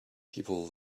people